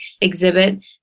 exhibit